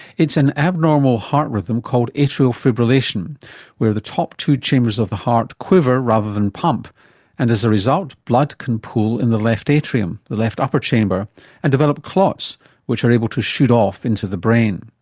it's an abnormal heart rhythm called atrial fibrillation where the top two chambers of the heart quiver rather than pump and as a result blood can pool in the left atrium the left upper chamber and develop clots which are able to shoot off into the brain.